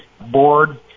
board